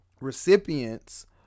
recipients